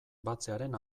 batzearen